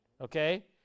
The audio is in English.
Okay